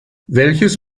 welches